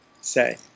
say